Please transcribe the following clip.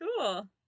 Cool